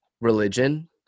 religion